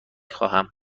خواهم